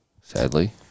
Sadly